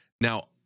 now